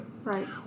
Right